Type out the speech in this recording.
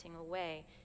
away